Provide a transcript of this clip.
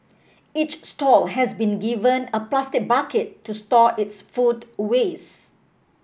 each stall has been given a plastic bucket to store its food waste